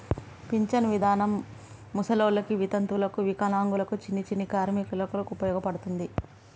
pension విధానం ముసలోళ్ళకి వితంతువులకు వికలాంగులకు చిన్ని చిన్ని కార్మికులకు ఉపయోగపడతది